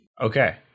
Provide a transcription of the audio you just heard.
Okay